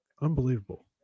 Unbelievable